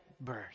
birth